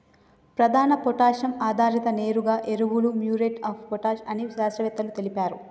ప్రధాన పొటాషియం ఆధారిత నేరుగా ఎరువులు మ్యూరేట్ ఆఫ్ పొటాష్ అని శాస్త్రవేత్తలు తెలిపారు